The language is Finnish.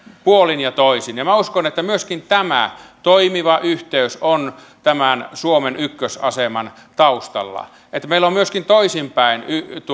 puolin ja toisin ja minä uskon että myöskin tämä toimiva yhteys on suomen ykkösaseman taustalla että meillä on myöskin toisinpäin